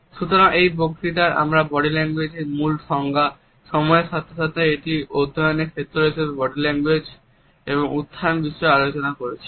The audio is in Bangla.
সুতরাং এই বক্তৃতায় আমরা বডি ল্যাঙ্গুয়েজের মূল সংজ্ঞা সময়ের সাথে সাথে একটি অধ্যয়নের ক্ষেত্র হিসাবে বডি ল্যাঙ্গুয়েজের উত্থান বিষয়ে আলোচনা করেছি